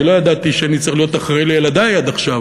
אני לא ידעתי שאני צריך להיות אחראי לילדי עד עכשיו,